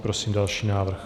Prosím další návrh.